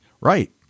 Right